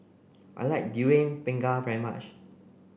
I like durian pengat very much